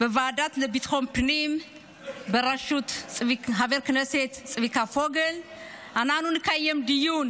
בוועדה לביטחון פנים בראשות חבר הכנסת צביקה פוגל נקיים דיון